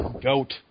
goat